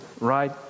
right